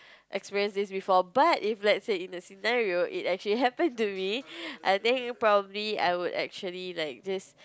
experience this before but if let's say in a scenario it actually happen to me I think probably I would actually like just